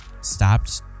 stopped